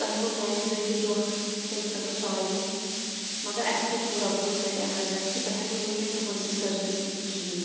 تۄہہِ گوٚو میانہِ ذٔریعہٕ دونکھٕ تمہِ خٲطرٕ سوری مگر اسہِ پٮ۪یہِ تھوڑا بہت گرِ اٮ۪مرجنسی بہٕ ہٮ۪کہٕ نہٕ ؤنکیٚن تُہٕنٛز یہِ سٔروس نِتھ کہیٖنۍ